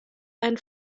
ein